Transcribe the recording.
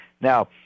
Now